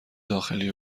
داخلی